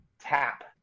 tap